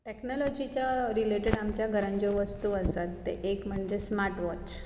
टॅक्नोलोजीच्या related आमच्या घरांत ज्यो वस्तू आसात ते एक म्हणजे स्मा्र्टवॉच